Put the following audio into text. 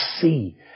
see